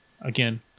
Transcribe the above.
again